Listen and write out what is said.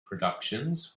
productions